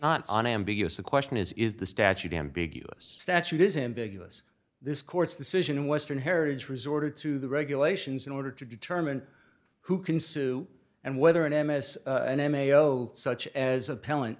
unambiguous the question is is the statute ambiguous statute is ambiguous this court's decision western heritage resorted to the regulations in order to determine who can sue and whether an m s n m a o such as appe